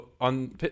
On